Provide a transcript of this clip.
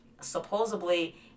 supposedly